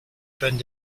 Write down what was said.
bend